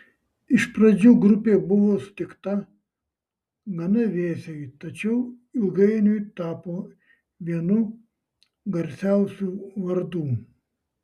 iš pradžių grupė buvo sutikta gana vėsiai tačiau ilgainiui tapo vienu garsiausių vardų